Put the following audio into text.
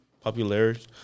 popularity